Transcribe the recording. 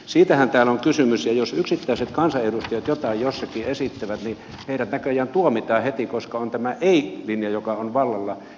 siitähän täällä on kysymys ja jos yksittäiset kansanedustajat jotain jossakin esittävät niin heidät näköjään tuomitaan heti koska on tämä ei linja joka on vallalla